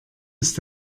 ist